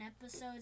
episodes